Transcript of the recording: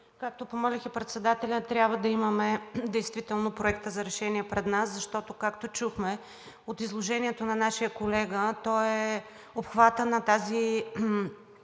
както помолих и председателя, пред нас трябва да имаме действително Проекта за решение, защото, както чухме от изложението на нашия колега, обхватът на тази